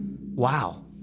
wow